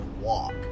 walk